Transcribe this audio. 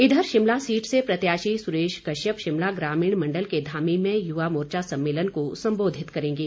इधर शिमला सीट से प्रत्याशी सुरेश कश्यप शिमला ग्रामीण मंडल के धामी में यूवा मोर्चा सम्मेलन को सम्बोधित करेंगे